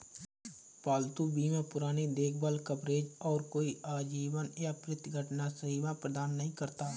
पालतू बीमा पुरानी देखभाल कवरेज और कोई आजीवन या प्रति घटना सीमा प्रदान नहीं करता